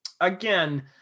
Again